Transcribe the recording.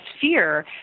fear